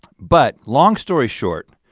but long story short,